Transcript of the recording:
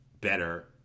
better